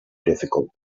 difficult